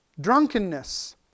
drunkenness